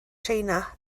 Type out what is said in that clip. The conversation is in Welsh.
china